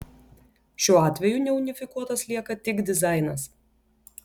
šiuo atveju neunifikuotas lieka tik dizainas